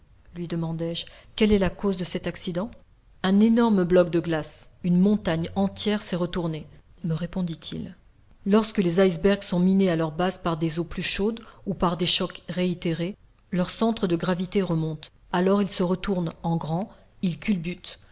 lui demandai-je quelle est la cause de cet accident un énorme bloc de glace une montagne entière s'est retournée me répondit-il lorsque les icebergs sont minés à leur base par des eaux plus chaudes ou par des chocs réitérés leur centre de gravité remonte alors ils se retournent en grand ils culbutent